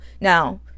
now